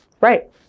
Right